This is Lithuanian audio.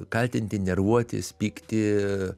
kaltinti nervuotis pykti